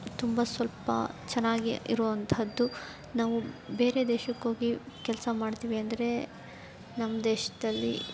ತುಂಬ ಸ್ವಲ್ಪ ಚೆನ್ನಾಗಿ ಇರುವಂತಹದ್ದು ನಾವು ಬೇರೆ ದೇಶಕ್ಕೋಗಿ ಕೆಲಸ ಮಾಡ್ತೀವಿ ಅಂದರೆ ನಮ್ಮ ದೇಶದಲ್ಲಿ